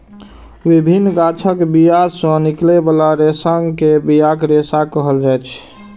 विभिन्न गाछक बिया सं निकलै बला रेशा कें बियाक रेशा कहल जाइ छै